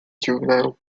juvenile